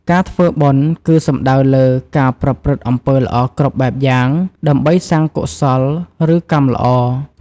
ការធ្វើបុណ្យ គឺសំដៅលើ ការប្រព្រឹត្តអំពើល្អគ្រប់បែបយ៉ាង ដើម្បីសាងកុសល ឬកម្មល្អ។